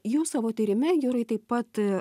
jūs savo tyrime jurai taip pat